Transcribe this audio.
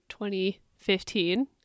2015